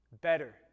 better